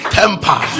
temper